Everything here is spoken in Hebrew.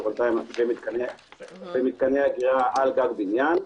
וולטאיים ומתקני אגירה על גג בניין.